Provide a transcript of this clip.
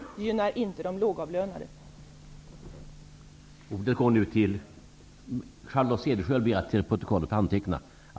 Cederschiöld anhållit att till protokollet få antecknat att hon inte ägde rätt till yttterligare replik.